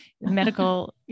Medical